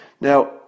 Now